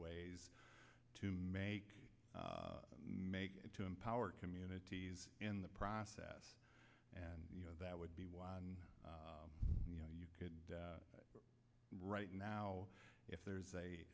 ways to make them make it to empower communities in the process and you know that would be won you know you could right now if there's a